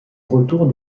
retour